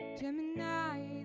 Gemini